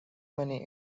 many